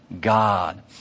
God